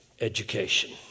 education